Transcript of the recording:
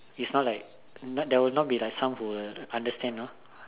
is not like there will not be like some who will understand you know